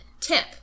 tip